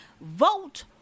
vote